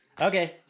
Okay